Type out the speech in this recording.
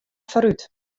foarút